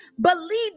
believe